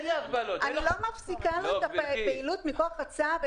אני לא מפסיקה לו את הפעילות מכוח הצו,